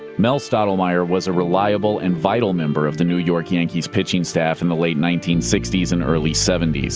mel stottlemyre was a reliable and vital member of the new york yankees pitching staff in the late nineteen sixty s and early seventy s.